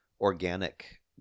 organic